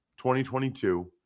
2022